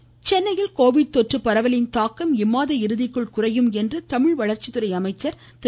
பாண்டியராஜன் சென்னையில் கோவிட் தொற்று பரவலின் தாக்கம் இம்மாத இறுதிக்குள் குறையும் என தமிழ்வளர்ச்சித்துறை அமைச்சர் திரு